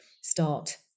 start